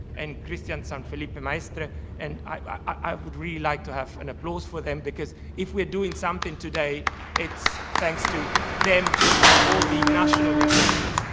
and cristian san felipe and maestre and i would really like to have an applause for them because if we are doing something today it's thanks to them and all the national reporters.